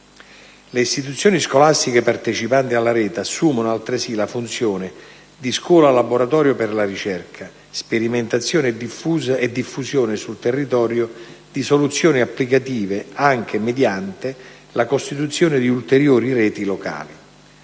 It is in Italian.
Le istituzioni scolastiche partecipanti alla rete assumono altresì la funzione di scuola laboratorio per la ricerca, sperimentazione e diffusione sul territorio di soluzioni applicative, anche mediante la costituzione di ulteriori reti locali.